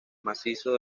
macizo